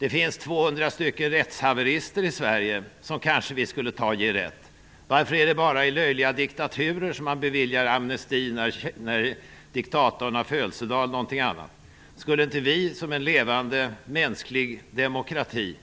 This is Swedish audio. Det finns 200 rättshaverister i Sverige, som vi kanske skulle ge rätt. Varför är det bara i löjliga diktaturer som man beviljar amnesti när diktatorn har födelsedag eller något annat? Skulle inte vårt land såsom en levande mänsklig demokrati